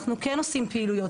אנחנו כן עושים פעילויות,